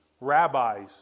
rabbis